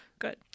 Good